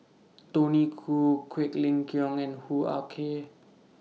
Tony Khoo Quek Ling Kiong and Hoo Ah Kay